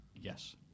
Yes